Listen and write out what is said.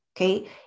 Okay